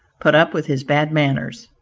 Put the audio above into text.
put up with his bad manners.